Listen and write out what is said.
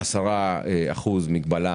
הוא מגבלה